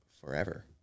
forever